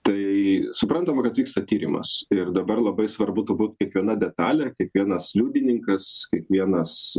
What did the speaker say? tai suprantam kad vyksta tyrimas ir dabar labai svarbu turbūt kiekviena detalė kiekvienas liudininkas kiekvienas